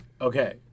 Okay